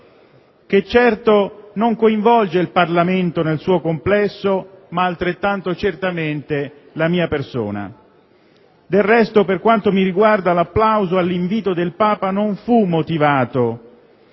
che certo non coinvolge il Parlamento nel suo complesso, ma coinvolge, sicuramente, la mia persona. Del resto, per quanto mi riguarda, l'applauso all'invito del Papa non fu motivato